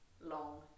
long